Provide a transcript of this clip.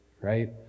right